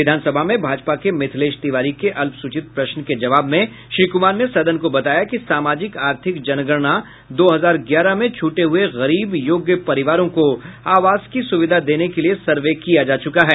विधान सभा में भाजपा के मिथिलेश तिवारी के अल्पसूचित प्रश्न के जवाब में श्री कुमार ने सदन को बताया कि सामाजिक आर्थिक जनगणना दो हजार ग्यारह में छूटे हुए गरीब योग्य परिवारों को आवास की सुविधा देने के लिए सर्वे किया जा चुका है